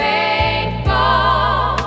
Faithful